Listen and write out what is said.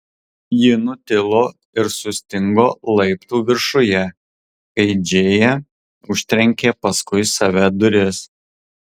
ji nutilo ir sustingo laiptų viršuje kai džėja užtrenkė paskui save duris